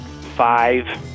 five